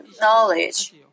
knowledge